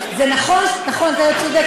אשכול תרבות, זה נכון, אתה צודק.